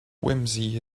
whimsy